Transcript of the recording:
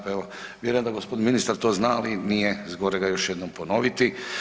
Pa evo vjerujem da gospodin ministar to zna, ali nije zgorega još jednom ponoviti.